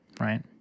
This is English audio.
right